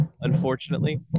unfortunately